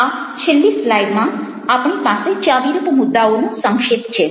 આ છેલ્લી સ્લાઈડમાં આપણી પાસે ચાવીરૂપ મુદ્દાઓનો સંક્ષેપ છે